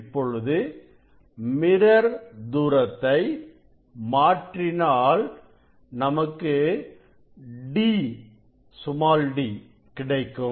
இப்பொழுது மிரர் தூரத்தை மாற்றினால் நமக்கு d கிடைக்கும்